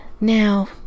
Now